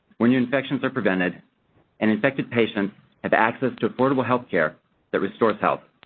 when your infections are prevented and infected patients have access to affordable health care that restores health.